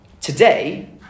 today